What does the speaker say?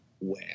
Wow